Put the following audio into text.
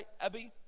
Abby